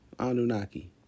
Anunnaki